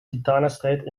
titanenstrijd